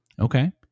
Okay